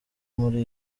muri